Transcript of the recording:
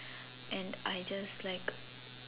and I just like